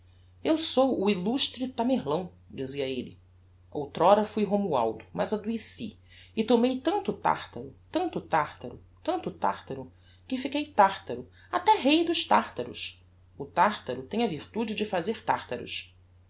eu sou o illustre tamerlão dizia elle outr'ora fui romualdo mas adoeci e tomei tanto tartaro tanto tartaro tanto tartaro que fiquei tartaro e até rei dos tartaros o tartaro tem a virtude de fazer tartaros